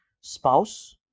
spouse